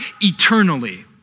eternally